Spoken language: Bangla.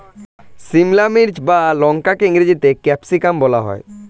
সিমলা মির্চ বা লঙ্কাকে ইংরেজিতে ক্যাপসিকাম বলা হয়